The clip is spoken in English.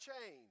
change